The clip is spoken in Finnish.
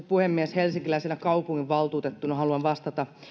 puhemies helsinkiläisenä kaupunginvaltuutettuna haluan vastata